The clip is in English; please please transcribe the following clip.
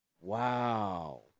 Wow